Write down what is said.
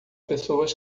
pessoas